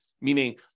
meaning